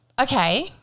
Okay